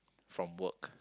from work